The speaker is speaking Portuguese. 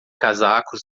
casacos